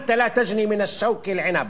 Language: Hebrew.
אַנְת לַא תַגְ'נִי מִן אל-שוכּ אל-עִנַבּ.